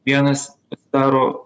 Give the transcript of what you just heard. vienas daro